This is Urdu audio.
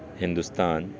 ہندوستان